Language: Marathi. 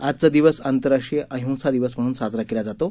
आजचा दिवस आंतरराष्ट्रीय अहिंसा दिवस म्हणूनही साजरा केला जातो